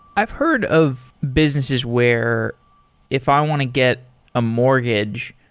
i've heard of businesses where if i want to get a mortgage,